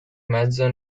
mezzo